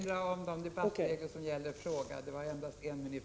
Jag får erinra om de debattregler som gäller. Repliktiden är endast en minut.